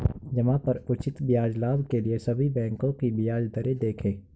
जमा पर उचित ब्याज लाभ के लिए सभी बैंकों की ब्याज दरें देखें